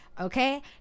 Okay